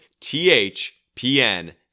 THPN